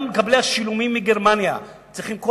גם מקבלי השילומים מגרמניה צריכים כל